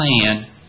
plan